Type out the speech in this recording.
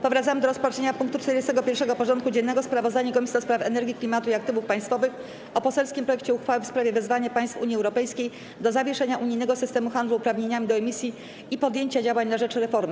Powracamy do rozpatrzenia punktu 41. porządku dziennego: Sprawozdanie Komisji do Spraw Energii, Klimatu i Aktywów Państwowych o poselskim projekcie uchwały w sprawie wezwania państw Unii Europejskiej do zawieszenia unijnego systemu handlu uprawnieniami do emisji (EU ETS) i podjęcia działań na rzecz reformy.